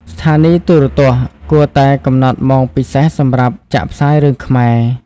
ស្ថានីយទូរទស្សន៍គួរតែកំណត់ម៉ោងពិសេសសម្រាប់ចាក់ផ្សាយរឿងខ្មែរ។